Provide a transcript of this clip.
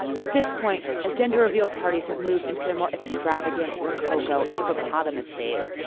at this point as gender reveal parties have moved into their more extravagant rococo hippopotamus phase.